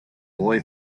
boy